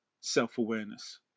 self-awareness